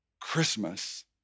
Christmas